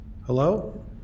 Hello